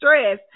stress